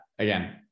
Again